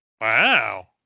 Wow